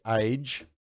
age